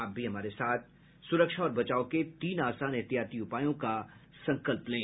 आप भी हमारे साथ सुरक्षा और बचाव के तीन आसान एहतियाती उपायों का संकल्प लें